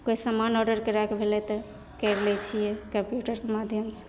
कोइ समान ऑडर करैके भेलै तऽ करि लै छियै कम्प्यूटरके माध्यम से